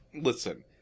listen